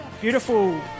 beautiful